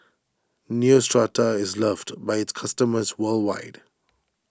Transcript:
Neostrata is loved by its customers worldwide